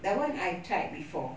that one I tried before